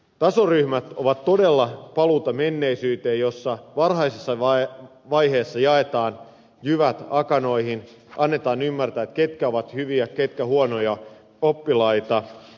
tasoryhmät ovat todella paluuta menneisyyteen jossa varhaisessa vaiheessa jaetaan jyvät akanoihin annetaan ymmärtää ketkä ovat hyviä ketkä huonoja oppilaita